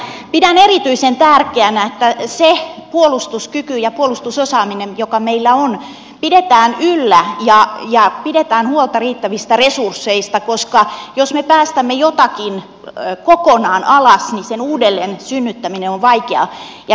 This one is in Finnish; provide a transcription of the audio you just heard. mutta pidän erityisen tärkeänä että se puolustuskyky ja puolustusosaaminen joka meillä on pidetään yllä ja pidetään huolta riittävistä resursseista koska jos me päästämme jotakin kokonaan alas niin sen uudelleen synnyttäminen on vaikeaa